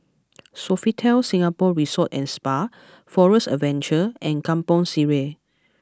Sofitel Singapore Resort and Spa Forest Adventure and Kampong Sireh